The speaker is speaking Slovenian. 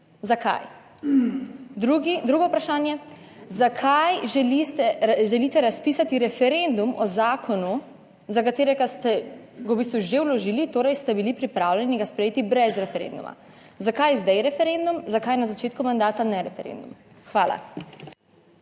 Zakaj? Drugi, drugo vprašanje. Zakaj želite, želite razpisati referendum o zakonu, za katerega ste ga v bistvu že vložili, torej ste bili pripravljeni ga sprejeti brez referenduma? Zakaj zdaj referendum, zakaj na začetku mandata ne referendum? Hvala.